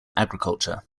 agriculture